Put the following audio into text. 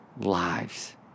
lives